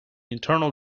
internal